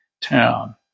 town